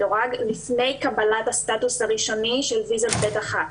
לפני קבלת הסטטוס הראשוני של ויזת ב'1,